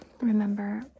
remember